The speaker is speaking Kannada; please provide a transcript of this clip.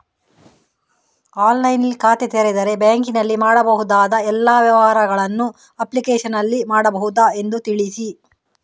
ಆನ್ಲೈನ್ನಲ್ಲಿ ಖಾತೆ ತೆರೆದರೆ ಬ್ಯಾಂಕಿನಲ್ಲಿ ಮಾಡಬಹುದಾ ಎಲ್ಲ ವ್ಯವಹಾರಗಳನ್ನು ಅಪ್ಲಿಕೇಶನ್ನಲ್ಲಿ ಮಾಡಬಹುದಾ ಎಂದು ತಿಳಿಸಿ?